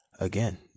again